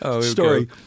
story